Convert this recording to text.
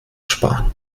sparen